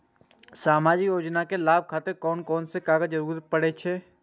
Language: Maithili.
सामाजिक योजना के लाभक खातिर कोन कोन कागज के जरुरत परै छै?